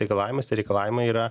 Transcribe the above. reikalavimas tai reikalavimai yra